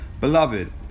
beloved